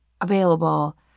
available